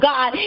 God